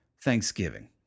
Thanksgiving